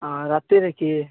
ହଁ ରାତିରେ କିଏ